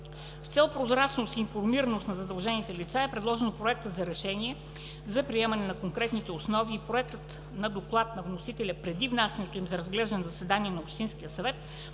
С цел прозрачност и информираност на задължените лица е предложено проектът на решение за приемане на конкретните основи и проектът на доклад на вносителя преди внасянето им за разглеждане на заседание на общинския съвет